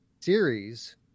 series